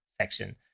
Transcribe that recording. section